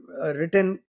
written